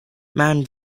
man